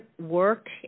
work